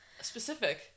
Specific